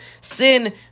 Sin